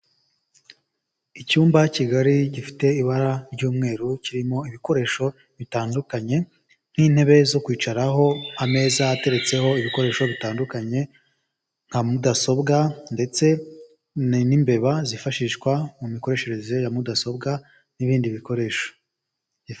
Icyumba kigari gifite ibara ry'umweru, kirimo ibikoresho bitandukanye, nk'intebe zo kwicaraho, ameza ateretseho ibikoresho bitandukanye, nka mudasobwa ndetse, n'imbeba zifashishwa mu mikoreshereze ya mudasobwa n'ibindi bikoresho.